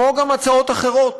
וגם הצעות אחרות,